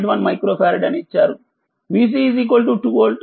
1మైక్రో farad అని ఇచ్చారు vC volt joule